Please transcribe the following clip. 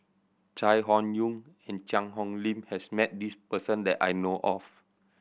Chai Hon Yoong and Cheang Hong Lim has met this person that I know of